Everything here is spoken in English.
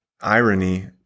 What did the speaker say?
irony